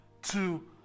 two